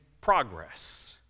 progress